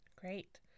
great